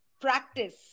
practice